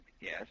Yes